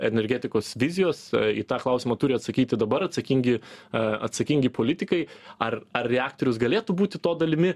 energetikos vizijos į tą klausimą turi atsakyti dabar atsakingi atsakingi politikai ar ar reaktorius galėtų būti to dalimi